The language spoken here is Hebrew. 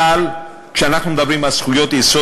אבל כשאנחנו מדברים על זכויות יסוד,